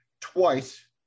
twice